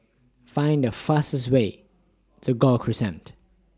Find The fastest Way to Gul Crescent